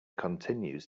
continues